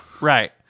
Right